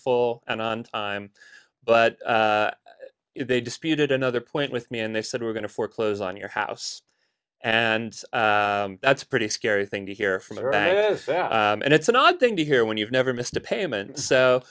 full and on time but they disputed another point with me and they said we're going to foreclose on your house and that's pretty scary thing to hear from her and it's an odd thing to hear when you've never missed a payment so